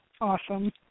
Awesome